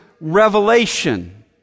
revelation